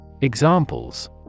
Examples